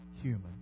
human